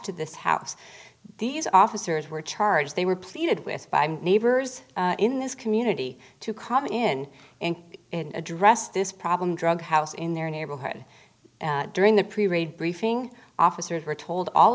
to this house these officers were charged they were pleaded with by neighbors in this community to come in ink and address this problem drug house in their neighborhood during the previous briefing officers were told all